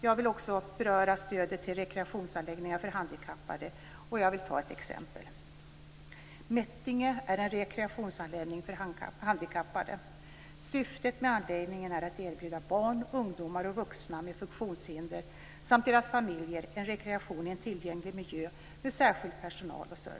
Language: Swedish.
Jag vill också beröra stödet till rekreationsanläggningar för handikappade, och jag vill ta ett exempel. Mättringe är en rekreationsanläggning för handikappade. Syftet med anläggningen är att erbjuda barn, ungdomar och vuxna med funktionshinder samt deras familjer en rekreation i en tillgänglig miljö med särskild personal och service.